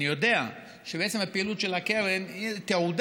אני יודע שעצם הפעילות של הקרן היא תעודה